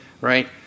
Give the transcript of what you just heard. right